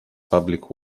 public